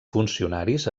funcionaris